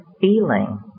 feeling